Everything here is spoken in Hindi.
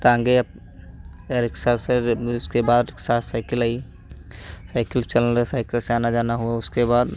ताँगे या रिक्शा से अब उसके बाद शायद साइकिल आई साइकिल चलने लगी साइकिल से आना जाना हुआ उसके बाद